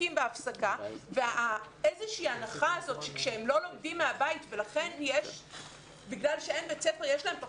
הדבקה משמעותי שיוצר גלים מן ההדבקה האחת של ילד בבית ספר או איש צוות